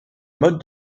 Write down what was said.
mode